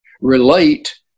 relate